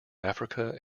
africa